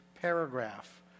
paragraph